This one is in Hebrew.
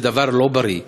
זה דבר לא בריא,